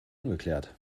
ungeklärt